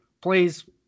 please